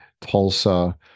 Tulsa